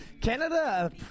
Canada